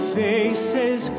faces